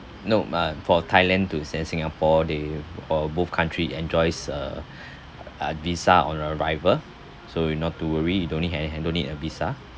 no uh for thailand to say singapore they're all both country enjoys uh visa on arrival so not to worry you don't need any don't need a visa